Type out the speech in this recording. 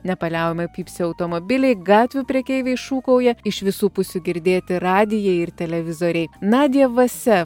nepaliaujamai pypsi automobiliai gatvių prekeiviai šūkauja iš visų pusių girdėti radijai ir televizoriai nadija vase